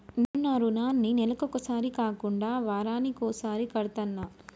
నేను నా రుణాన్ని నెలకొకసారి కాకుండా వారానికోసారి కడ్తన్నా